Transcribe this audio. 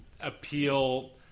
appeal